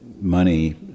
money